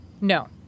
No